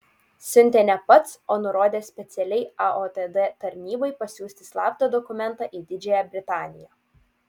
siuntė ne pats o nurodė specialiai aotd tarnybai pasiųsti slaptą dokumentą į didžiąją britaniją